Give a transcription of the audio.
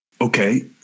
okay